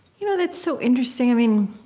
you know that's so interesting. i mean